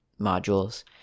modules